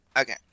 Okay